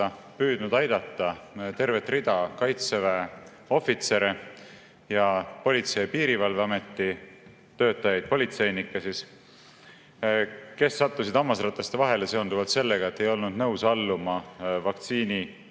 püüdnud aidata tervet rida Kaitseväe ohvitsere ja Politsei‑ ja Piirivalveameti töötajaid, politseinikke siis, kes sattusid hammasrataste vahele seonduvalt sellega, et nad ei olnud nõus alluma